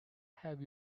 have